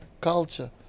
culture